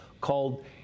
called